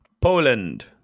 Poland